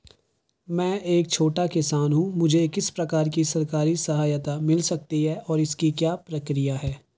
मैं एक छोटा किसान हूँ मुझे किस प्रकार की सरकारी सहायता मिल सकती है और इसकी क्या प्रक्रिया है?